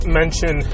mention